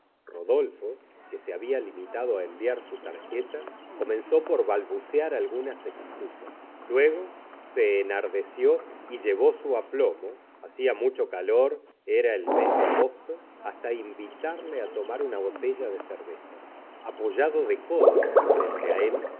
rodolfo que se habia limitado á enviar su tarjeta comenzó por balbugo gustavo flaubert cear algunas excusas luego se enardeció y llevó su aplomo hacía mucho calor era en el mes de agosto hasta invitarle á tomar una botella de cerveza apoyado de codos frente á él